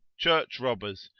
church robbers,